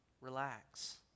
Relax